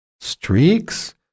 streaks